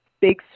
big